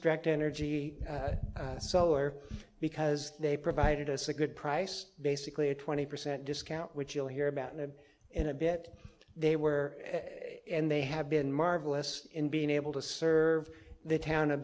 direct energy solar because they provided us a good price basically a twenty percent discount which you'll hear about it in a bit they were and they have been marvelous in being able to serve the town of